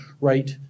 right